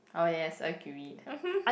oh yes agreed mmhmm